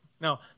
Now